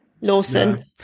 Lawson